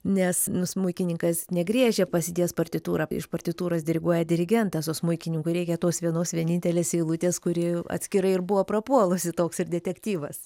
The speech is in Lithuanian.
nes nu smuikininkas negriežia pasidėjęs partitūrą iš partitūros diriguoja dirigentas o smuikininkui reikia tos vienos vienintelės eilutės kuri atskirai ir buvo prapuolusi toks ir detektyvas